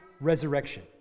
resurrection